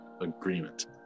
agreement